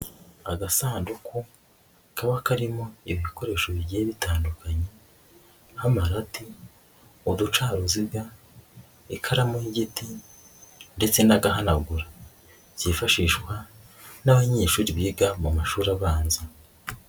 Agasanduku kaba karimo ibikoresho bigiye bitandukanye nk'amarati, uducaruziga, ikaramu y'igiti ndetse n'agahanagura byifashishwa n'abanyeshuri biga mu mashuri abanza.